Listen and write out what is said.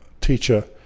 teacher